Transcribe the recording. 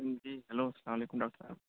جی hello السلام علیکم doctor صاحب